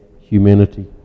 humanity